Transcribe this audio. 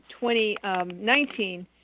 2019